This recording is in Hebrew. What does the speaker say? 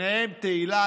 ביניהן תהילה,